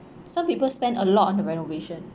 some people spend a lot on the renovation